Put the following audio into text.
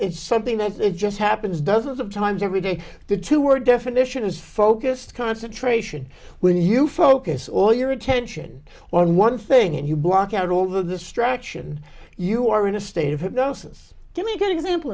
it's something that just happens dozens of times every day the two were definition is focused concentration when you focus all your attention well on one thing and you block out all the distraction you are in a state of hypnosis give me a good example